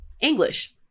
English